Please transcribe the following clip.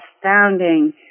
astounding